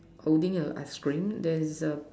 holding a ice cream there is a